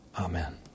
Amen